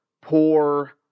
poor